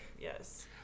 Yes